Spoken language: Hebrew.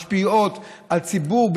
המשפיעות על הציבור,